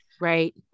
Right